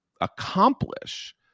accomplish